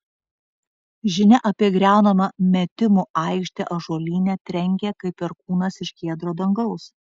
žinia apie griaunamą metimų aikštę ąžuolyne trenkė kaip perkūnas iš giedro dangaus